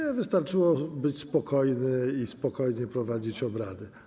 Nie, wystarczyło być spokojnym i spokojnie prowadzić obrady.